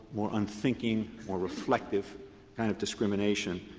more unthinking, more reflective kind of discrimination,